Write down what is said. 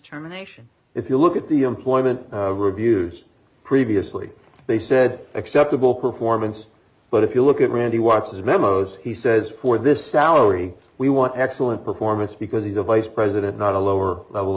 determination if you look at the employment reviews previously they said acceptable performance but if you look at randy watson's memos he says for this salary we want excellent performance because he's the vice president not a lower level